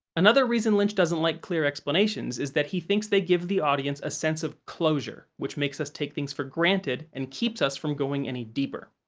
another reason lynch doesn't like clear explanations is that he thinks they give the audience a sense of closure, which makes us take things for granted and keeps us from going any deeper.